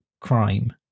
Crime